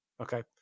Okay